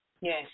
Yes